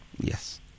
Yes